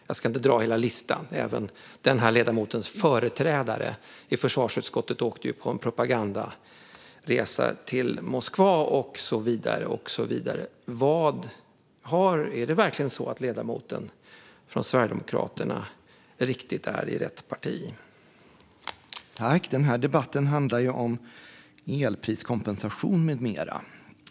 Jag ska inte dra hela listan, men även ledamotens företrädare i försvarsutskottet åkte ju på en propagandaresa till Moskva och så vidare. Är det verkligen så att ledamoten från Sverigedemokraterna riktigt är i rätt parti?